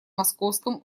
московском